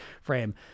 frame